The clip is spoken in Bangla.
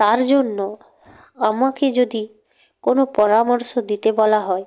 তার জন্য আমাকে যদি কোনো পরামর্শ দিতে বলা হয়